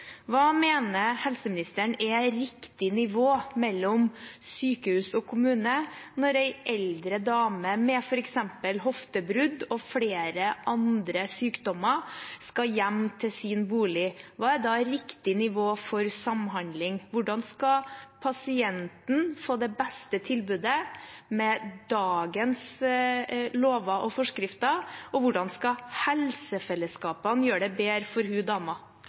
Hva mener helseministeren er riktig nivå mellom sykehus og kommune når en eldre dame med f.eks. hoftebrudd og flere andre sykdommer skal hjem til sin bolig? Hva er da riktig nivå for samhandling? Hvordan skal pasienten få det beste tilbudet med dagens lover og forskrifter, og hvordan skal helsefellesskapene gjøre det bedre for